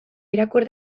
irakur